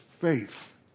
faith